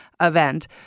event